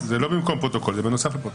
זה לא במקום פרוטוקול, זה בנוסף לפרוטוקול.